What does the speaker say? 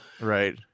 Right